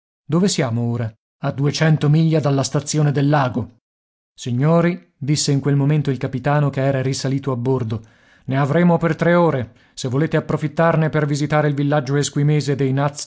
dove siamo ora a duecento miglia dalla stazione del lago signori disse in quel momento il capitano che era risalito a bordo ne avremo per tre ore se volete approfittarne per visitare il villaggio esquimese dei